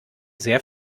sehr